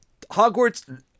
Hogwarts